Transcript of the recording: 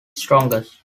strongest